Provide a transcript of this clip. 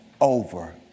over